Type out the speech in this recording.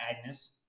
Agnes